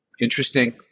interesting